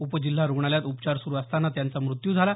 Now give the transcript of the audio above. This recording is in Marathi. उपजिल्हा रुग्णालयात उपचार सुरू असताना त्यांचा मृत्यू झाला